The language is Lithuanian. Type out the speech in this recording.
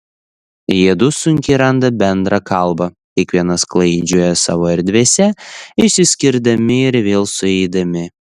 jiedu sunkiai randa bendrą kalbą kiekvienas klaidžioja savo erdvėse išsiskirdami ir vėl sueidami